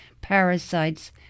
parasites